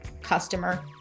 customer